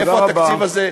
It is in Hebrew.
איפה התקציב הזה?